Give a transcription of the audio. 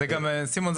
סימון,